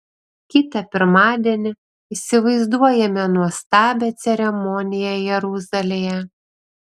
kitą pirmadienį įsivaizduojame nuostabią ceremoniją jeruzalėje